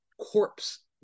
corpse